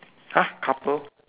!huh! couple